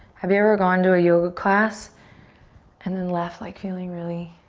have you ever gone to a yoga class and then left like feeling really